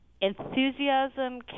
enthusiasm